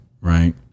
right